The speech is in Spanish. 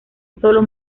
sólo